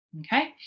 Okay